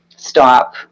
Stop